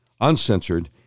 uncensored